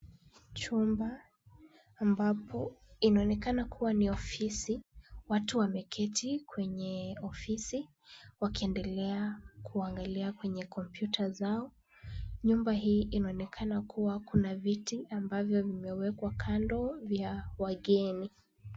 Chumba ambapo inaonekana kuwa ni ofisi, watu wameketi kwenye ofisi wakiendelea kuangalia kwenye kompyuta zao. Nyumba hii inaonekana kuwa kuna viti ambavyo vimewekwa kando vya wageni.